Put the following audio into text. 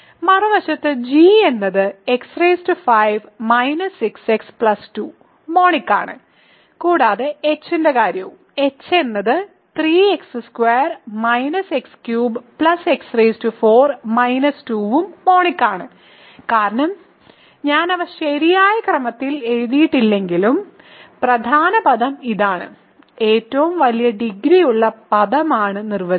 മറുവശത്ത് g എന്നത് x5 6 x 2 monic ആണ് കൂടാതെ h ന്റെ കാര്യവും h എന്നത് 3x2 - x3 x4 2 ഉം മോണിക് ആണ് കാരണം ഞാൻ അവ ശരിയായ ക്രമത്തിൽ എഴുതിയിട്ടില്ലെങ്കിലും പ്രധാന പദം ഇതാണ് ഏറ്റവും വലിയ ഡിഗ്രി ഉള്ള പദമാണ് നിർവചനം